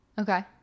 Okay